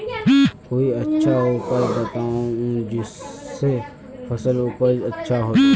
कोई अच्छा उपाय बताऊं जिससे फसल उपज अच्छा होबे